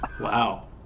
wow